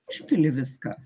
užpili viską